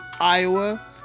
Iowa